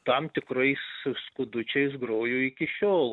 tam tikrais skudučiais groju iki šiol